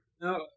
No